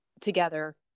together